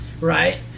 right